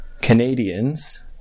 Canadians